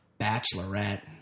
Bachelorette